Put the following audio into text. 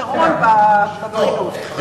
יתרון בבחינות.